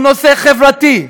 הוא נושא חברתי,